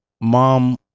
mom